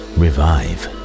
revive